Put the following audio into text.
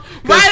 Right